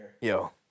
Yo